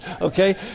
Okay